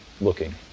looking